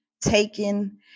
taken